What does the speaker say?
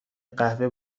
قهوه